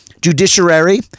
judiciary